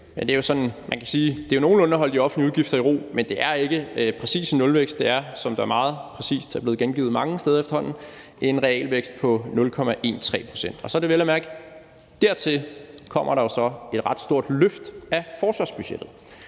er det jo nogenlunde er at holde de offentlige udgifter i ro, men det er ikke præcis en nulvækst – det er, som det meget præcist er blevet gengivet mange steder efterhånden, en realvækst på 0,13 pct. Og dertil kommer der jo så et ret stort løft af forsvarsbudgettet.